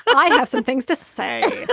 i have some things to say. but